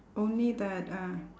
only that uh